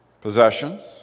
possessions